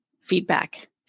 feedback